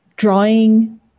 Drawing